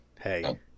hey